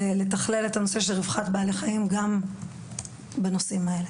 לתכלל את הנושא של רווחת בעלי חיים גם בנושאים האלה.